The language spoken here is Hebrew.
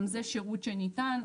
גם זה שירות שניתן.